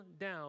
down